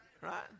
Right